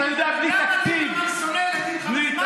למה ליברמן שונא ילדים חרדים?